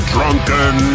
Drunken